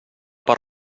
per